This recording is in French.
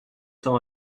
temps